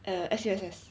err S_U_S_S